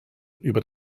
über